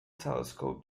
telescope